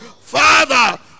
Father